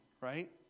right